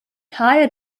higher